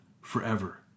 forever